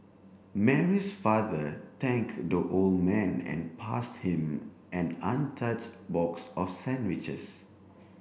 Mary's father thank the old man and passed him an untouch box of sandwiches